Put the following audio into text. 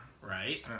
right